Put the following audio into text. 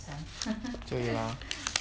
对 ah